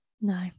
No